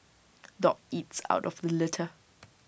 dog eats out of the litter